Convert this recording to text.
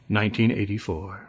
1984